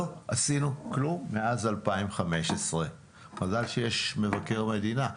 לא עשינו כלום מאז 2015. מזל שיש מבקר מדינה.